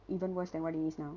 even worse than what it is now